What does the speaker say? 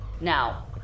Now